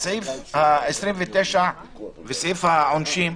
סעיף 29 וסעיף העונשין.